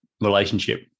relationship